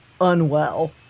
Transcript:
unwell